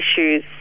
issues